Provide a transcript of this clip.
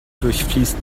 durchfließt